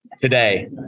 Today